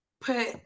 put